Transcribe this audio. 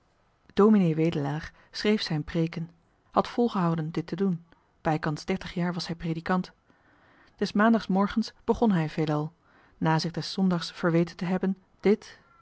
ds wedelaar schreef zijn preeken hij had volgehouden het te doen bijkans dertig jaar was hij predikant des maandagsmorgens begon hij veelal na zich des zondags verweten te hebben dit